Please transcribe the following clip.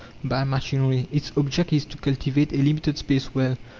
by machinery. its object is to cultivate a limited space well,